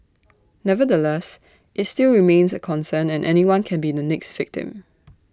nevertheless IT still remains A concern and anyone can be the next victim